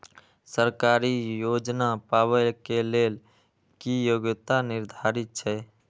सरकारी योजना पाबे के लेल कि योग्यता निर्धारित छै?